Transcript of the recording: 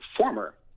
former